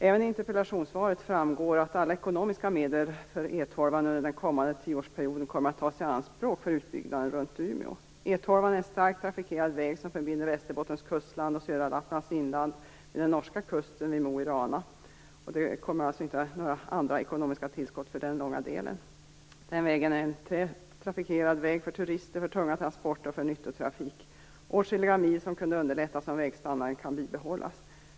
Även av interpellationssvaret framgår att alla ekonomiska medel för E 12 under den kommande tioårsperioden kommer att tas i anspråk för utbyggnad runt Umeå. Västerbottens kustland och södra Lapplands inland med den norska kusten vid Mo i Rana. Det kommer alltså inte några andra ekonomiska tillskott för den långa delen. Vägen är en tät trafikerad väg för turister, för tunga transporter och för nyttotrafik. Det är åtskilliga mil som kunde underlättas om vägstandarden kan bibehållas.